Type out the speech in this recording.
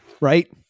right